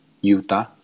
Utah